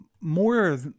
more